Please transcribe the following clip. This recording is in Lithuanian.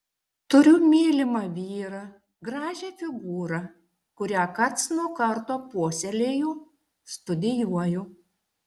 turiu mylimą vyrą gražią figūrą kurią karts nuo karto puoselėju studijuoju